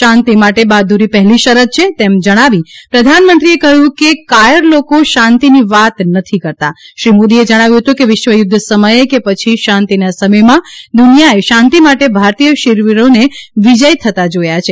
શાંતિ માટે બહાદુરી પહેલી શરત છે તેમ જણાવી પ્રધાન મંત્રી એ કહ્યું કે કાયર લોકો શાંતિની વાત નથી કરતા શ્રી મોદીએ જણાવ્યું હતું કે વિશ્વ યુદ્ધ સમયે કે પછી શાંતિના સમયમાં દુનિયાએ શાંતિ માટે ભારતીય શૂરવીરોને વિજયી થતા જોયા છે